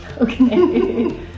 Okay